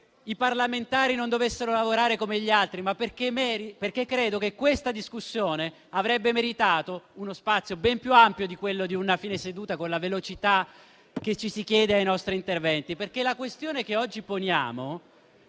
i parlamentari non dovessero lavorare come gli altri, ma perché credo che questa discussione avrebbe meritato uno spazio ben più ampio di quello di un fine seduta, con la velocità che si chiede ai nostri interventi. La questione che oggi poniamo,